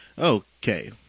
Okay